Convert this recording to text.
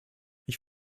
ich